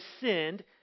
sinned